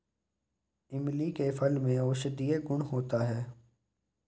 इमली के फल में औषधीय गुण होता है